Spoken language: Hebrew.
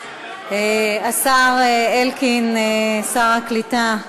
השר אלקין, שר העלייה הקליטה,